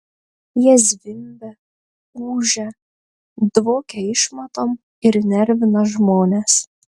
jie zvimbia ūžia dvokia išmatom ir nervina žmones